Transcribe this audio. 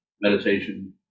meditation